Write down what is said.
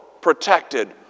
protected